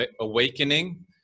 awakening